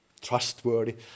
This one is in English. trustworthy